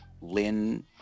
Lynn